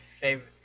favorite